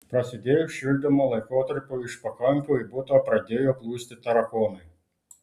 prasidėjus šildymo laikotarpiui iš pakampių į butą pradėjo plūsti tarakonai